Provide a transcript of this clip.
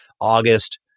August